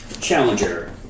Challenger